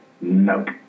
Nope